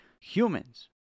humans